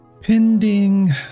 Pending